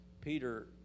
Peter